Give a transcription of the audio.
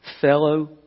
Fellow